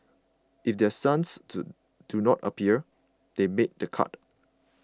if their sons do do not appear they made the cut